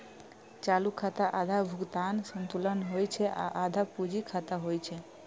चालू खाता आधा भुगतान संतुलन होइ छै आ आधा पूंजी खाता होइ छै